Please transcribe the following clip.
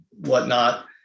whatnot